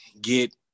get